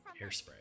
Hairspray